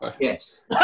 yes